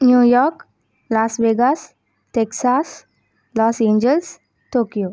New York Las Vegas Texas Los Angeles Tokyo